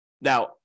Now